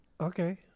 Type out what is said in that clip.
Okay